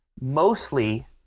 mostly